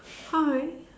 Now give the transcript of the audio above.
hi